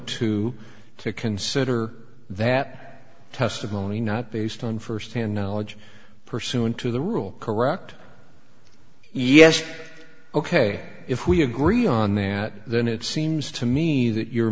two to consider that testimony not based on firsthand knowledge pursuant to the rule correct yes ok if we agree on that then it seems to me that your